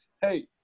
Hey